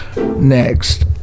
Next